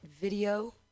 video